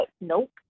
nope